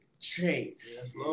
traits